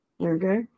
Okay